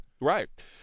right